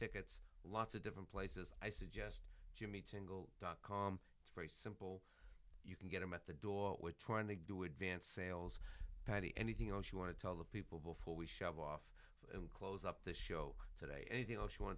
tickets lots of different places i suggest angle dot com very simple you can get them at the door we're trying to do advance sales patty anything else you want to tell the people before we shove off and close up the show today anything else you want